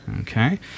Okay